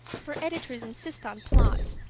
for editors insist on plots,